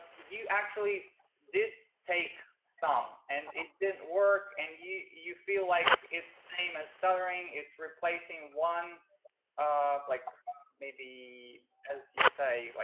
you actually did take some and it didn't work and you you feel like it's same as stuttering, it's replacing one um like as you say like